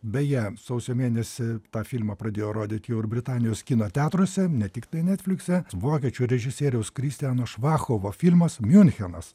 beje sausio mėnesį tą filmą pradėjo rodyt jau ir britanijos kino teatruose ne tiktai netflikse vokiečių režisieriaus kristiano švachovo filmas miunchenas